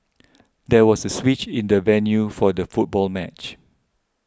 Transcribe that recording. there was a switch in the venue for the football match